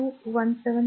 तर आता हे 2 17